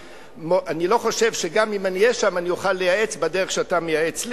ואני לא חושב שגם אם אהיה שם אוכל לייעץ בדרך שאתה מייעץ לי.